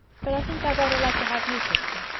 but i think i rather like to have you kiss me.